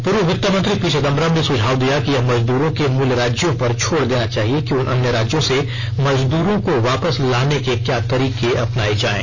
पूर्व वित्त मंत्री पी चिदम्बरम ने सुझाव दिया कि यह मजदूरों के मूल राज्यों पर छोड़ देना चाहिए कि अन्य राज्यों से मजदूरों को वापस लाने के क्या तरीके अपनाये जायें